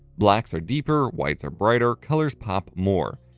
blacks are deeper, whites are brighter, colors pop more.